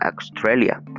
Australia